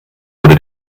wurde